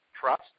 trust